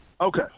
Okay